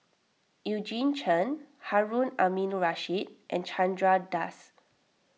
Eugene Chen Harun Aminurrashid and Chandra Das